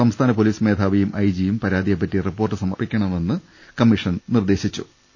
സംസ്ഥാന പൊലീസ് മേധാവിയും ഐജിയും പരാതിയെപ്പറ്റി റിപ്പോർട്ട് നൽകണമെന്ന് കമ്മീഷൻ നിർദ്ദേശം നൽകി